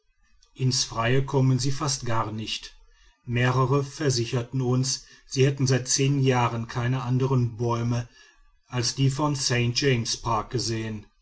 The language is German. in's freie kommen sie fast gar nicht mehrere versicherten uns sie hätten seit zehn jahren keine anderen bäume als die von st james park gesehen